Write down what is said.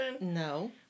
No